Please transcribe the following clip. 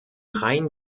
rein